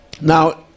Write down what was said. Now